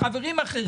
שאלו חברים אחרים,